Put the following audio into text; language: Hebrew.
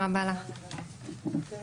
הישיבה ננעלה בשעה 10:31.